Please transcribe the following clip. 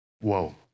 Whoa